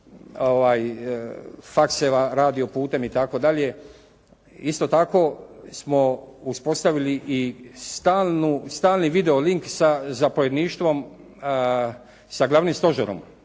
fakseva, radio putem itd. Isto tako smo uspostavili i stalni video link sa zapovjedništvom, sa Glavnim stožerom